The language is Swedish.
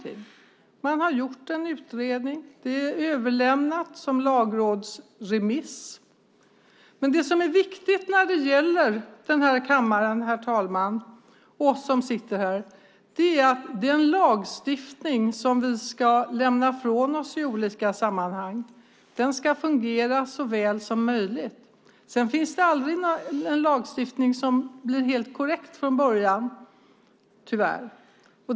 En utredning har gjorts, och det är överlämnat som lagrådsremiss. Vad gäller kammaren och oss som sitter här är det viktigt att den lagstiftning som vi lämnar ifrån oss i olika sammanhang fungerar så väl som möjligt. Ingen lagstiftning blir dock helt korrekt från början, tyvärr.